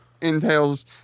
entails